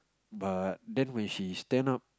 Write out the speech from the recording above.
but then when she stand up